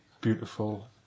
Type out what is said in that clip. Beautiful